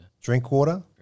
Drinkwater